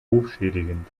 rufschädigend